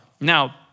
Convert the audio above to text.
Now